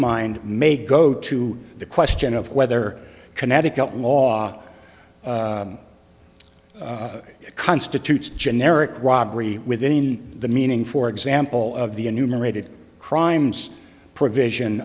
mind may go to the question of whether connecticut law constitutes generic robbery within the meaning for example of the enumerated crimes provision